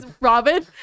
Robin